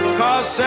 cause